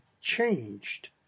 changed